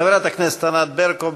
חברת הכנסת ענת ברקו,